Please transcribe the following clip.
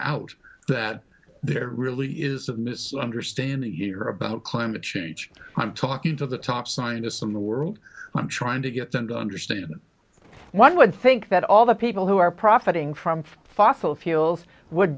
out that there really is a misunderstanding here about climate change i'm talking to the top scientists in the world i'm trying to get them to understand that one would think that all the people who are profiting from fossil fuel would